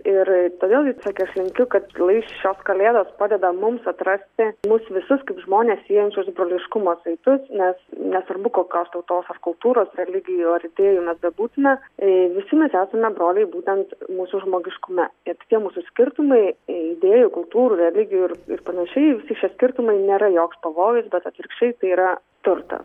ir todėl sakė aš linkiu kad lai šios kalėdos padeda mums atrasti mus visus kaip žmones siejančius broliškumo saitus nes nesvarbu kokios tautos ar kultūros religijų ar idėjų mes bebūtume visi mes esame broliai būtent mūsų žmogiškume ir tie mūsų skirtumai idėjų kultūrų religijų ir ir panašiai visi šie skirtumai nėra joks pavojus bet atvirkščiai tai yra turtą